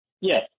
Yes